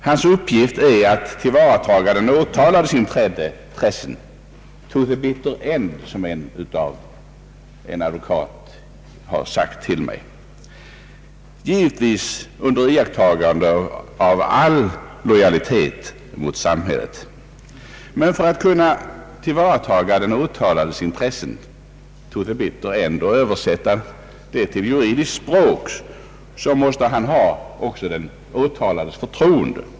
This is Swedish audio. Hans uppgift är att tillvarataga den åtalades intressen, »to the bitter end», som en advokat har sagt till mig, givetvis under iakttagande av lojalitet mot samhället. Men för att kunna tillvarata den åtalades intressen »to the bitter end» och översätta dennes synpunkter till juridiskt språk måste han också ha den åtalades förtroende.